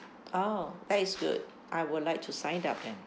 oh that is good I would like to sign up then